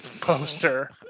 poster